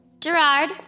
Gerard